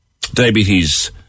Diabetes